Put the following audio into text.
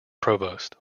provost